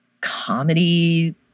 comedy